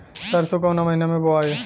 सरसो काउना महीना मे बोआई?